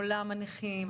עולם הנכים,